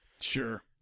Sure